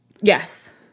Yes